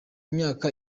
myaka